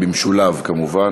במשולב כמובן.